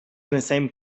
bezain